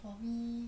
for me